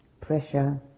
pressure